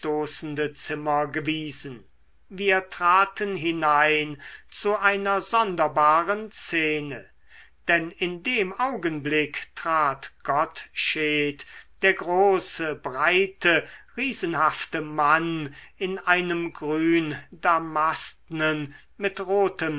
zimmer gewiesen wir traten hinein zu einer sonderbaren szene denn in dem augenblick trat gottsched der große breite riesenhafte mann in einem gründamastnen mit rotem